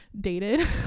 dated